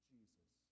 Jesus